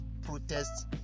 protests